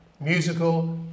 musical